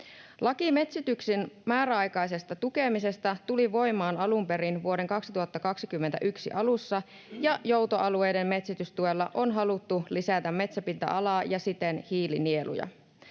Laki metsityksen määräaikaisesta tukemisesta tuli voimaan alun perin vuoden 2021 alussa, ja joutoalueiden metsitystuella on haluttu lisätä metsäpinta-alaa ja siten hiilinieluja.